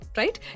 right